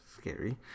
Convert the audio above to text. scary